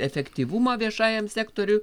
efektyvumą viešajam sektoriui